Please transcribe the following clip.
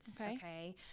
okay